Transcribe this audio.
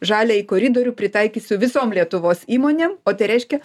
žaliąjį koridorių pritaikysiu visom lietuvos įmonėm o tai reiškia